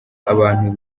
abantu